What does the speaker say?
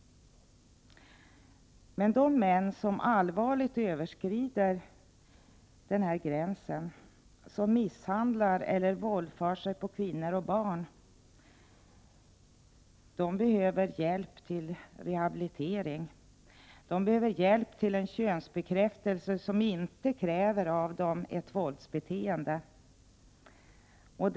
De män som allvarligt överskrider den här gränsen, som misshandlar eller våldför sig på kvinnor och barn, behöver emellertid hjälp till rehabilitering. De behöver hjälp till en könsbekräftelse som inte kräver ett våldsbeteende av dem.